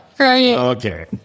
okay